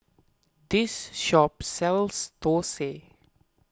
this shop sells Thosai